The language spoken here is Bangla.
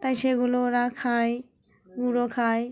তাই সেগুলো ওরা খায় গুঁড়ো খায়